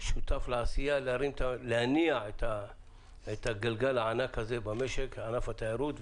ששותף לעשייה יסייע להניע את הגלגל הענק הזה של המשק ואת ענף התיירות.